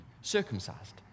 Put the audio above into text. circumcised